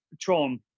Tron